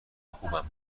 خوبم